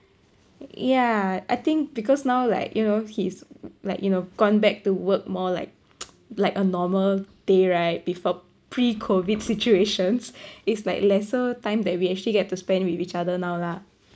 yeah I think because now like you know he's like you know gone back to work more like like a normal day right before pre-COVID situations it's like lesser time that we actually get to spend with each other now lah